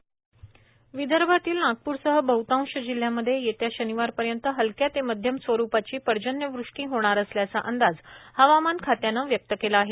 विदर्भ पाऊस यवतमाळ विदर्भातील नागप्रसह बहतांश जिल्ह्यामध्ये येत्या शनिवारपर्यन्त हलक्या ते माध्यम स्वरूपाची पर्जन्य वृष्टी होणार असल्याचा अंदाज हवामान खात्याने व्यक्त केला आहे